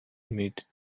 met